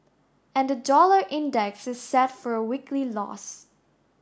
and the dollar index is set for a weekly loss